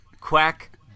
quack